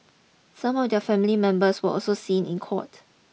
some of their family members were also seen in court